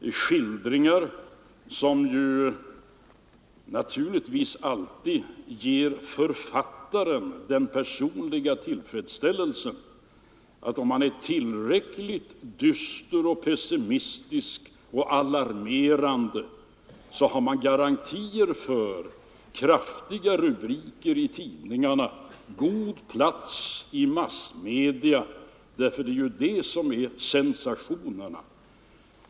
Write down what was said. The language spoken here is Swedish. Sådana skildringar ger naturligtvis alltid författaren den personliga tillfredsställelsen att om han är tillräckligt dyster, pessimistisk och alarmerande så kan han vara säker på kraftiga rubriker i tidningarna och god plats i massmedia, därför att det är ju sådant som räknas till sensationerna.